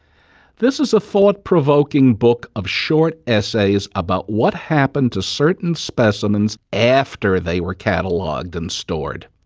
this is a thought-provoking book of short essays about what happened to certain specimens after they were catalogued and stored.